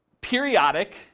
periodic